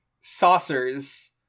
saucers